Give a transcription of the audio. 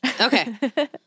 Okay